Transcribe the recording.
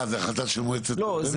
זו החלטה של הבניין.